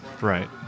right